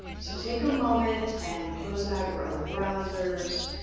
so take a moment and close out your other browsers.